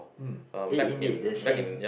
hm eh indeed the same